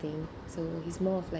something so he is more of like